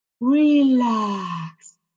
relax